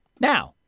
Now